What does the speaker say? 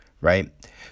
right